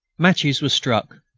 matches were struck.